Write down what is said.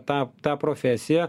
tą tą profesiją